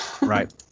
Right